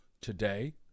today